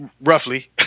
roughly